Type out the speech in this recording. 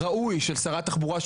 הראוי של שרת התחבורה,